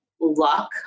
luck